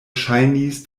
ŝajnis